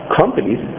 companies